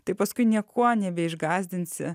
tai paskui niekuo nebeišgąsdinsi